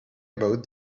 about